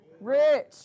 Rich